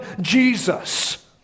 Jesus